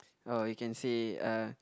orh you can say uh